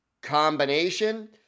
combination